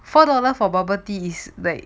four dollars forbubble tea is like